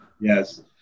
Yes